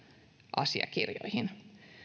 asiakirjoihin